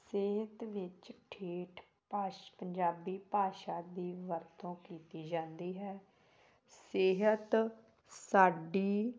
ਸਿਹਤ ਵਿੱਚ ਠੇਠ ਭਾਸ਼ ਪੰਜਾਬੀ ਭਾਸ਼ਾ ਦੀ ਵਰਤੋਂ ਕੀਤੀ ਜਾਂਦੀ ਹੈ ਸਿਹਤ ਸਾਡੀ